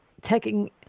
taking